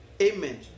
Amen